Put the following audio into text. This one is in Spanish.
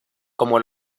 como